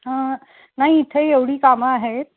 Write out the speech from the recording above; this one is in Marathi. हं नाही इथे एवढी कामं आहेत